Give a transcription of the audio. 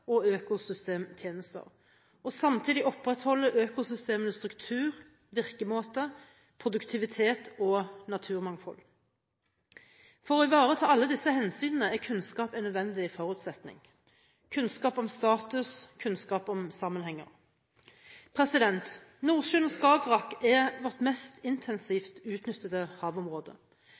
og økosystemtjenester, og samtidig opprettholde økosystemenes struktur, virkemåte, produktivitet og naturmangfold. For å ivareta alle disse hensynene er kunnskap en nødvendig forutsetning – kunnskap om status, kunnskap om sammenhenger. Nordsjøen og Skagerrak er vårt mest intensivt